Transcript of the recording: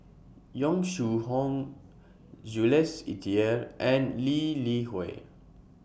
Yong Shu Hoong Jules Itier and Lee Li Hui